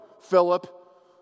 Philip